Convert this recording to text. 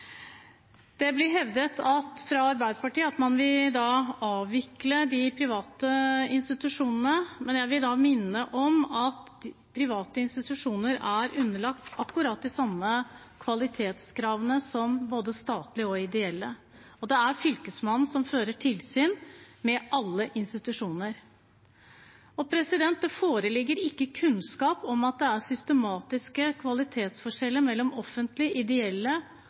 Arbeiderpartiet hevdet at man vil avvikle de private institusjonene. Jeg vil da minne om at private institusjoner er underlagt akkurat de samme kvalitetskravene som både statlige og ideelle, og det er Fylkesmannen som fører tilsyn med alle institusjoner. Det foreligger ikke kunnskap om at det er systematiske kvalitetsforskjeller mellom offentlige, ideelle